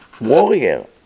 warrior